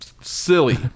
silly